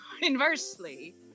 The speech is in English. Inversely